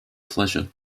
pleasure